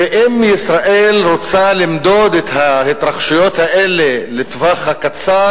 ואם ישראל רוצה למדוד את ההתרחשויות האלה לטווח הקצר,